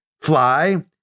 fly